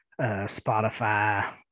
spotify